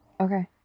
Okay